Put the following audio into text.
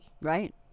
Right